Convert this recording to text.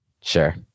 Sure